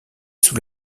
sous